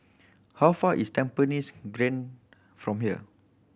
how far is Tampines Grande from here